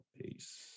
Peace